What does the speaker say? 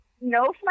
no